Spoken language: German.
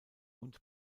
und